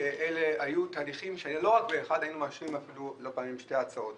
שאלו תהליכים שהיינו מאשרים לא רק הצעה אחת